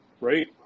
right